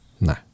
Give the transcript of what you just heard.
No